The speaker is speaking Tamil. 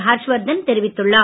ஹர்ஷ்வர்தன் தெரிவித்துள்ளார்